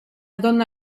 donna